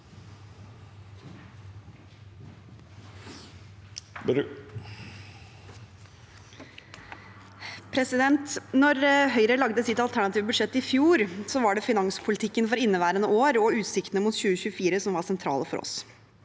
Da Høyre lagde sitt alter- native budsjett i fjor, var det finanspolitikken for inneværende år og utsiktene mot 2024 som var sentrale for oss.